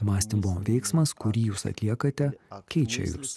mąstymo veiksmas kurį jūs atliekate keičia jus